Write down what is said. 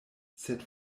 sed